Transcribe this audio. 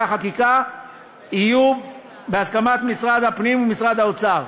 החקיקה יהיו בהסכמת משרד הפנים ומשרד האוצר?